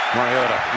Mariota